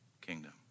kingdom